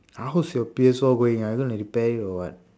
how's your P_S four going are you going to repair it or what